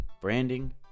branding